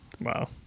Wow